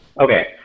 Okay